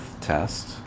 test